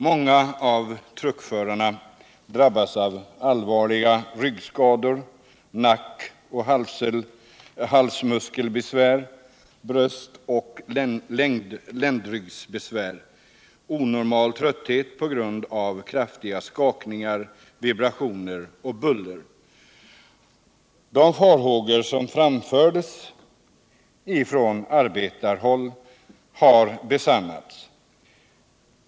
Många av truckförarna drabbas av allvarliga ryggskador, av nack och halsmuskelbesvär, av bröstoch ländryggsbesvär och av onormal trötthet på grund av kraftiga skakningar, vibrationer och buller. De farhågor som framfördes från arbetarhåll har besannats.